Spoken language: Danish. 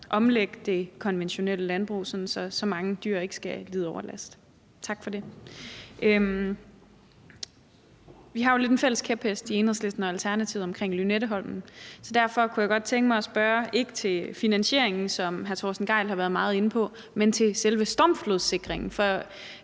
omlægge det konventionelle landbrug, sådan at så mange dyr ikke skal lide overlast. Tak for det. Vi har jo i Enhedslisten og Alternativet en fælles kæphest med hensyn til Lynetteholmen, så derfor kunne jeg godt tænke mig at spørge, ikke til finansieringen, som hr. Torsten Gejl har været meget inde på, men til selve stormflodssikringen.